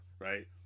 right